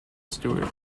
stewart